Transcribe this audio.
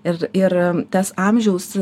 ir ir tas amžiaus